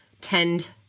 tend